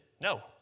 no